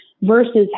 Versus